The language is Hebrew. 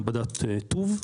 מעבדת TUV,